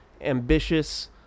ambitious